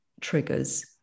triggers